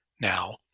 now